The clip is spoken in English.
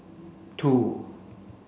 two